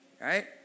right